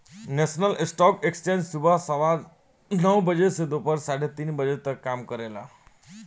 national stock exchange सुबह सवा नौ बजे से दोपहर साढ़े तीन बजे तक काम करेला